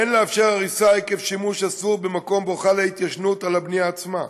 אין לאפשר הריסה עקב שימוש אסור במקום שבו חלה התיישנות על הבנייה עצמה.